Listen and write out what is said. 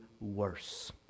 worse